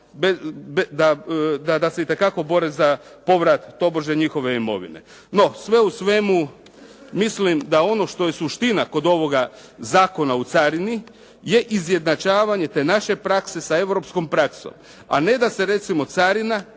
da se itekako bore za povrat tobože njihove imovine. No, sve u svemu mislim da ono što je suština kod ovoga Zakona o carini je izjednačavanje te naše prakse sa europskom praksom a ne da se recimo carina,